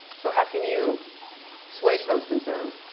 so how can you assuage those concerns?